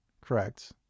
Correct